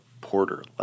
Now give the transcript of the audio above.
porter